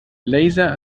laser